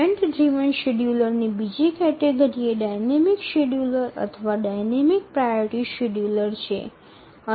event driven scheduler ની બીજી category એ ડાઇનેમિક શેડ્યૂલર અથવા ડાઇનેમિક પ્રાયોરિટી શેડ્યૂલર છે